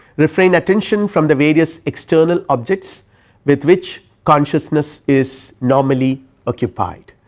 refrain attention from the various external objects with which consciousness is normally occupied.